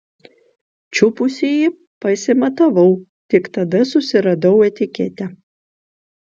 čiupusi jį pasimatavau tik tada susiradau etiketę